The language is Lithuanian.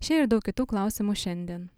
šie ir daug kitų klausimų šiandien